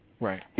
Right